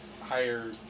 higher